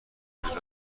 شجاعت